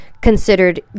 considered